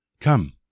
Come